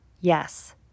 Yes